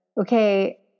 okay